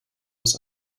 aus